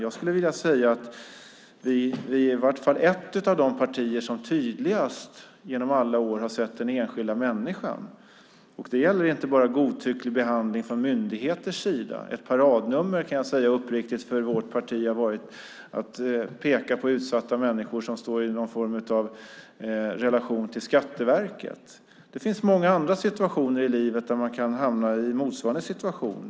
Jag skulle vilja säga att vi är i varje fall ett av de partier som genom alla år tydligast har sett den enskilda människan. Det gäller inte bara godtycklig behandling från myndigheters sida, utan ett paradnummer - det kan jag uppriktigt säga - för vårt parti har varit att peka på utsatta människor som står i någon form av relation till Skatteverket. Det finns många andra situationer i livet då man kan hamna i motsvarande situation.